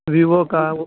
Vivo کا